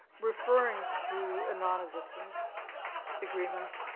referring to a nonexistent agreement,